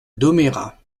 domérat